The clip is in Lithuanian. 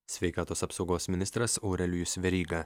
sveikatos apsaugos ministras aurelijus veryga